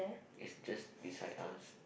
it's just beside us